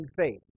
faith